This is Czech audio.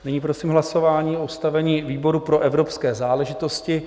Nyní prosím hlasování o ustavení výboru pro evropské záležitosti.